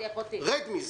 רד מזה.